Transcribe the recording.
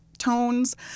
tones